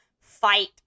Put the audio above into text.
fight